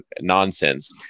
nonsense